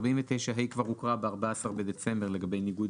ו-49ה כבר הוקרא ב-14 בדצמבר לגבי ניגוד